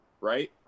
Right